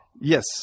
Yes